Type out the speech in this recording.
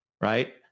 right